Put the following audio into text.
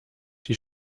die